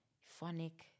Phonic